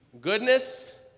goodness